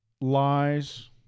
lies